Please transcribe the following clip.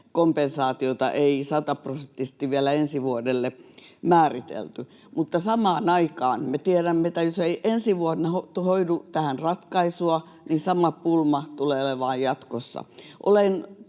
kompensaatiota ei sataprosenttisesti vielä ensi vuodelle määritelty, mutta samaan aikaan me tiedämme, että jos ei ensi vuonna hoidu tähän ratkaisua, niin sama pulma tulee olemaan jatkossa.